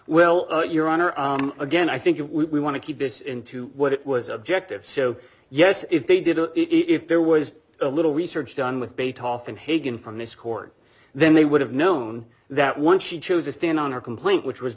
well your honor again i think it would we want to keep this into what it was objective so yes if they did and if there was a little research done with bait often hagan from this court then they would have known that once she chose to stand on her complaint which was